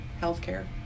healthcare